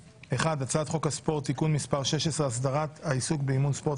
הצעת חוק הספורט (תיקון מס' 16) (הסדרת העיסוק באימון ספורט),